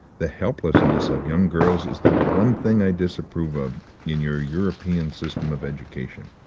the helplessness of young girls is the one thing i disapprove of in your european system of education.